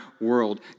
world